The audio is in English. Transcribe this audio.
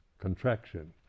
contraction